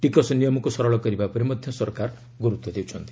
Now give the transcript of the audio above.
ଟିକସ ନିୟମକୁ ସରଳ କରିବା ଉପରେ ମଧ୍ୟ ସରକାର ଗୁରୁତ୍ୱ ଦେଉଛନ୍ତି